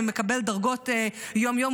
ומקבל דרגות יום-יום,